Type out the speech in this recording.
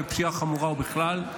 בפשיעה חמורה ובכלל,